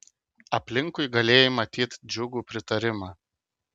aplinkui galėjai matyt džiugų pritarimą